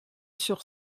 sur